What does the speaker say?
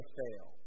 fail